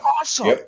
awesome